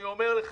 אני אומר לך,